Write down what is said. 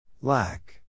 Lack